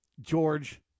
George